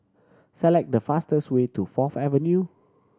select the fastest way to Fourth Avenue